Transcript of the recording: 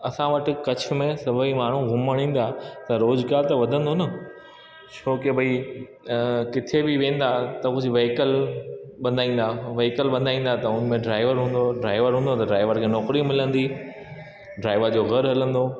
असां वटि कच्छ में सभई माण्हू घुमण ईंदा त रोजगार त वधंदो न छो की भई किथे बि वेंदा त व्हीकल ॿधाईंदा व्हीकल ॿधाईंदा त उनमें ड्राइवर हूंदो ड्राइवर हूंदो त ड्राइवर खे नौकिरी मिलंदी ड्राइवर जो घर हलंदो